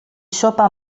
sopa